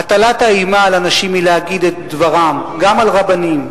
הטלת האימה על אנשים מלהגיד את דברם, גם על רבנים,